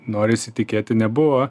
norisi tikėti nebuvo